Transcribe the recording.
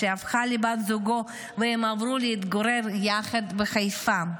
והיא הפכה לבת זוגו והם עברו להתגורר ביחד בחיפה.